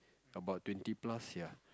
about twenty plus ya